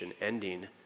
ending